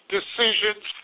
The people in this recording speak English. decisions